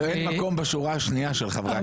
כבר אין מקום בשורה השנייה של חברי הכנסת,